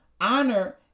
honor